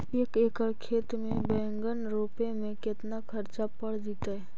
एक एकड़ खेत में बैंगन रोपे में केतना ख़र्चा पड़ जितै?